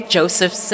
Joseph